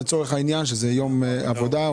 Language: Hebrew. שזה יום עבודה,